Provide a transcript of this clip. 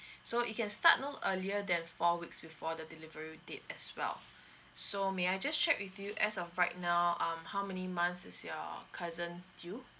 so it can start no earlier than four weeks before the delivery date as well so may I just check with you as of right now um how many months is your cousin due